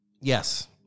yes